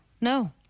No